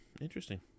Interesting